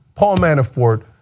paul manafort,